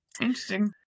Interesting